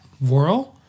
world